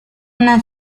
una